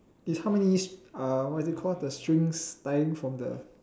is how many uh what is it call the strings tying from the